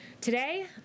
Today